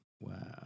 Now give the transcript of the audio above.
Wow